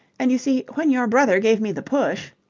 and, you see, when your brother gave me the push.